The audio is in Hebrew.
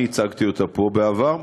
אני הצגתי אותה פה בעבר,